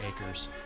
acres